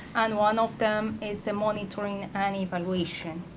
and one of them is the monitoring and evaluation.